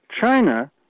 China